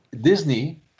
Disney